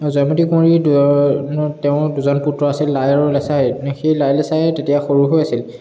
জয়মতী কুঁৱৰী তেওঁৰ দুজন পুত্ৰ আছিল লাই আৰু লেছাই সেই লাই লেছাই তেতিয়া সৰু হৈ আছিল